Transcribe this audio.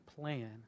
plan